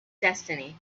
destiny